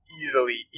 easily